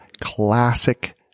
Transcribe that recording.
classic